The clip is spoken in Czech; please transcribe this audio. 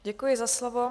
Děkuji za slovo.